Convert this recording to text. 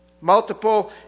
multiple